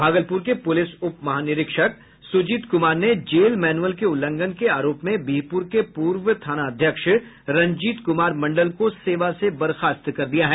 भागलपुर के पुलिस उप महानिरीक्षक सुजीत कुमार ने जेल मैन्युल के उल्लंघन के आरोप में बिहपुर के पूर्व थानाध्यक्ष रंजीत कुमार मंडल को सेवा से बर्खास्त कर दिया है